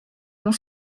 ont